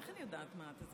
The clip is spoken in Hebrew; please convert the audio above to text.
איך אני יודעת מה הזמן?